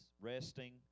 resting